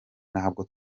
ntabwo